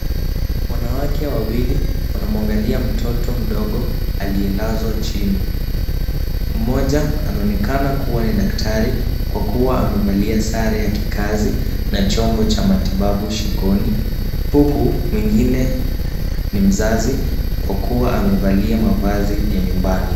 Wanawake wawili wanamwangalia mtoto mdogo aliyelazwa chini. Mmoja anaonekana kuwa ni daktari kwa kuwa amevalia sare ya kikazi na chombo cha matibabu shingoni huku mwingine ni mzazi kwa kuwa amevalia mavazi ya nyumbani.